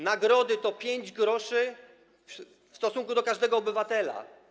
Nagrody to 5 gr w stosunku do każdego obywatela.